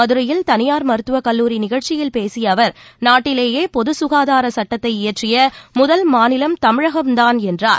மதுரையில் தனியார் மருத்துவக் கல்லூரி நிகழ்ச்சியில் பேசிய அவர் நாட்டிலேயே பொது சுகாதார சுட்டத்தை இயற்றிய முதல் மாநிலம் தமிழகம்தான் என்றார்